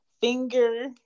finger